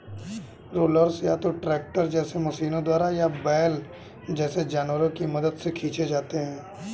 rollers या तो tractor जैसे मशीनों द्वारा या बैल जैसे जानवरों की मदद से खींचे जाते हैं